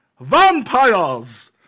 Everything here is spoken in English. Vampires